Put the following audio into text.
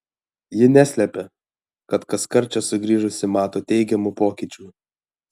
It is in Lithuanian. ji neslepia kad kaskart čia sugrįžusi mato teigiamų pokyčių